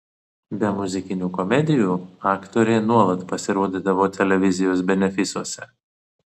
be muzikinių komedijų aktorė nuolat pasirodydavo televizijos benefisuose